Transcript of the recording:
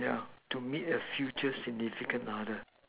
yeah to meet a future significant other